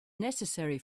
necessary